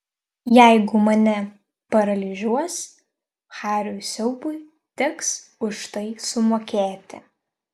jeigu mane paralyžiuos hariui siaubui teks už tai sumokėti